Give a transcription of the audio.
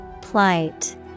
Plight